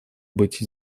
быть